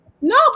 No